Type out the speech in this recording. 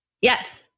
Yes